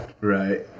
right